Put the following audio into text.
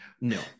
no